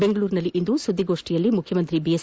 ಬೆಂಗಳೂರಿನಲ್ಲಿಂದು ಸುದ್ದಿಗೋಷ್ಠಿಯಲ್ಲಿ ಮುಖ್ಯಮಂತ್ರಿ ಬಿಎಸ್